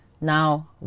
Now